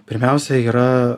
pirmiausia yra